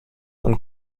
und